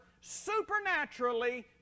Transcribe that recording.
supernaturally